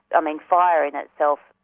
i mean fire in itself,